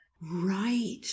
Right